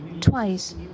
twice